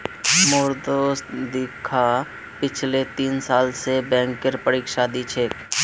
मोर दोस्त दीक्षा पिछले तीन साल स बैंकेर परीक्षा दी छ